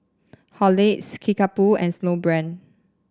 Horlicks Kickapoo and Snowbrand